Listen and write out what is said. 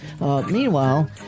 Meanwhile